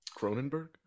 cronenberg